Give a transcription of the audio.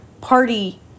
party